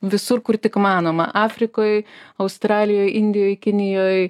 visur kur tik įmanoma afrikoj australijoj indijoj kinijoj